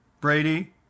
Brady